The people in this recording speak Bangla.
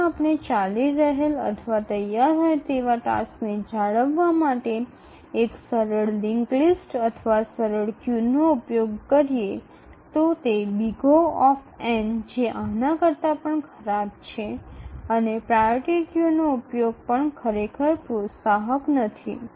যদি আমরা চলমান বা প্রস্তুত থাকা টাস্কটি বজায় রাখতে একটি সহজ লিঙ্কযুক্ত তালিকা বা একটি সহজ সারি ব্যবহার করি তবে এটি O হবে যা এর চেয়ে খারাপ এবং এমনকি অগ্রাধিকারের সারিটি ব্যবহার করা সত্যিই উত্সাহজনক নয়